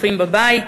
הצופים בבית,